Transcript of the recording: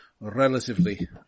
relatively